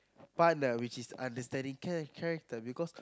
partner which is understanding cha~ character because